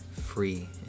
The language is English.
Free